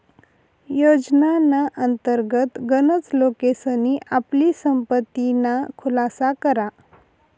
योजनाना अंतर्गत गनच लोकेसनी आपली संपत्तीना खुलासा करा